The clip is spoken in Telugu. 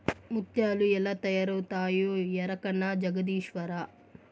ముత్యాలు ఎలా తయారవుతాయో ఎరకనా జగదీశ్వరా